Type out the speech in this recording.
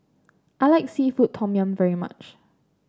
I like seafood Tom Yum very much